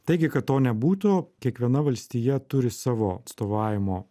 taigi kad to nebūtų kiekviena valstija turi savo atstovavimo